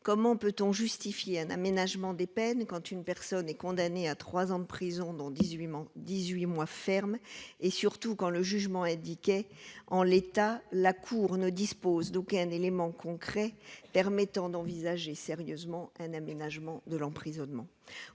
comment peut-on justifier un aménagement des peines quand une personne est condamnée à 3 ans de prison dont 18 mois 18 mois ferme et surtout quand le jugement indiquait en l'état la cour ne dispose d'aucun élément concret permettant d'envisager sérieusement un aménagement de l'emprisonnement,